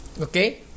okay